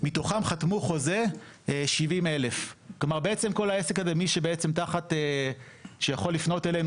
מתוכם חתמו חוזה 70,000. כלומר בעצם בכל העסק הזה מי שיכול לפנות אלינו